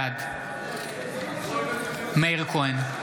בעד מאיר כהן,